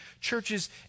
churches